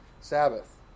Sabbath